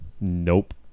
Nope